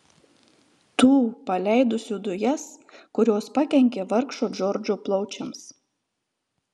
tų paleidusių dujas kurios pakenkė vargšo džordžo plaučiams